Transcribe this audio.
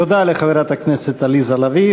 תודה לחברת הכנסת עליזה לביא.